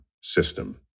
system